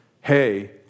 hey